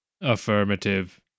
AFFIRMATIVE